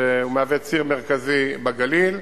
שמהווה ציר מרכזי בגליל.